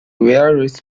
various